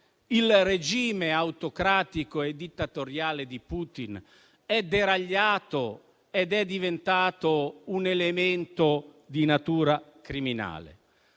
il regime autocratico e dittatoriale di Putin sia deragliato e diventato un elemento di natura criminale.